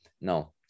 no